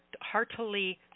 heartily